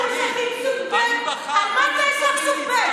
"אנחנו אזרחים סוג ב'" על מה אתה אזרח סוג ב'?